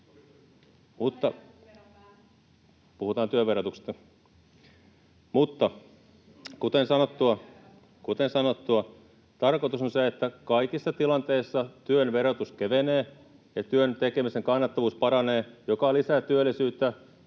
Puhutaan työn verotuksesta. — Mutta kuten sanottua, tarkoitus on se, että kaikissa tilanteissa työn verotus kevenee ja työn tekemisen kannattavuus paranee, mikä lisää työllisyyttä